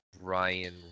Ryan